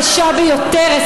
קשה ביותר.